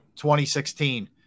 2016